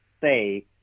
say